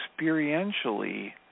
experientially